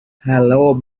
hello